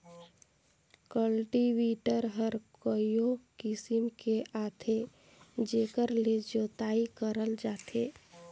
cultivator हर कयो किसम के आथे जेकर ले जोतई करल जाथे